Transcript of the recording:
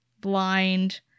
blind